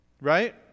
Right